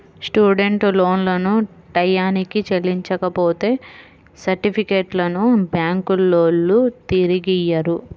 student లోన్లను టైయ్యానికి చెల్లించపోతే సర్టిఫికెట్లను బ్యాంకులోల్లు తిరిగియ్యరు